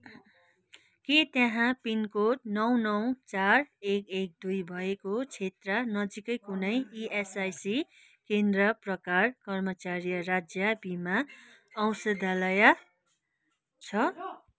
के त्यहाँ पिनकोड नौ नौ चार एक एक दुई भएको क्षेत्र नजिकै कुनै इएसआइसी केन्द्र प्रकार कर्मचारी राज्य बिमा औषधालय छ